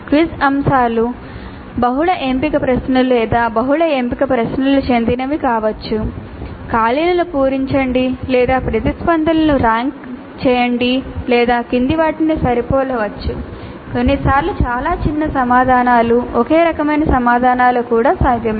quiz అంశాలు బహుళ ఎంపిక ప్రశ్నలు లేదా బహుళ ఎంపిక ప్రశ్నలకు చెందినవి కావచ్చు ఖాళీలను పూరించండి లేదా ప్రతిస్పందనలను ర్యాంక్ చేయండి లేదా కింది వాటికి సరిపోలవచ్చు కొన్నిసార్లు చాలా చిన్న సమాధానాలు ఒకే రకమైన సమాధానాలు కూడా సాధ్యమే